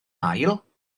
ail